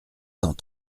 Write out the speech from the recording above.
cent